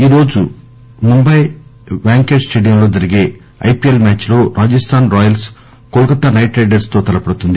ఈరోజు ముంబాయి వాంకేడ్ స్టేడియంలో జరిగే మ్యాచ్ లో Rajasthan Royals Kolkata Knight Riders తో తలపడుతుంది